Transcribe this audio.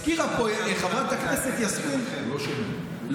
הזכירה פה חברת הכנסת יסמין, הוא לא שומע.